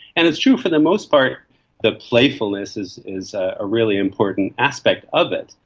and it's true for the most part that playfulness is is a really important aspect of it.